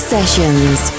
Sessions